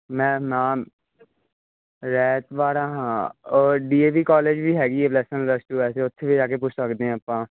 ਮੈਂ ਨਾ ਰਿਆਤ ਬਾਹਰਾ ਹਾਂ ਉਹ ਡੀ ਏ ਵੀ ਕਾਲਜ ਵੀ ਹੈਗੀ ਪਲਸ ਵੰਨ ਪਲਸ ਟੂ ਵੈਸੇ ਉੱਥੇ ਵੀ ਜਾ ਕੇ ਪੁੱਛ ਸਕਦੇ ਹਾਂ ਆਪਾਂ